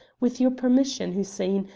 with your permission, hussein,